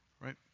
right